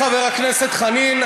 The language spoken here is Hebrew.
חבר הכנסת חנין,